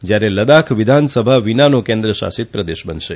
જ્યારે લદ્દાખ વિધાન સભા વિનાનો કેન્દ્ર શાસિત પ્રદેશ બનશે